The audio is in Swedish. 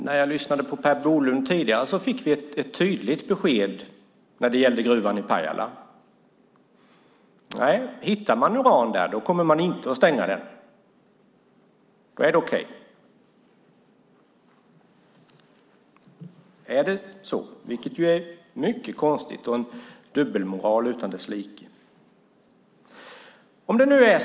När jag lyssnade på Per Bolund tidigare fick vi tydligt besked om gruvan i Pajala. Om man hittar uran där kommer man inte att stänga den. Då är det okej. Är det så? Det är mycket konstigt och en dubbelmoral utan like.